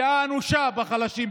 פגיעה אנושה בחלשים,